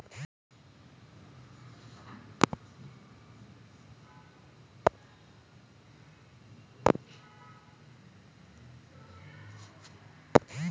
spot ಮಾರುಕಟ್ಟೆ ಅಥವಾ ನಗದು ಮಾರುಕಟ್ಟೆಯು ಸಾರ್ವಜನಿಕ ಹಣಕಾಸು ಮಾರುಕಟ್ಟೆಯಾಗಿದ್ದೆ ಎಂದು ಹೇಳಬಹುದು